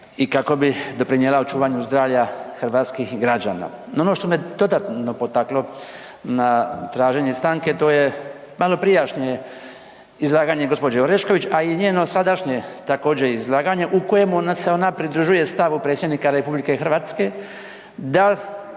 i kako bi doprinijela očuvanju zdravlja hrvatskih građana. No, ono što me dodatno potaklo na traženje stanke to je maloprijašnje izlaganje gospođe Orešković, a i njeno sadašnje također izlaganje u kojem ona se pridružuje stavu predsjednika RH da